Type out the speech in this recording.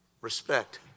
Respect